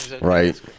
right